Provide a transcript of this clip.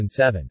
2007